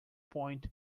point